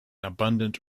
abundant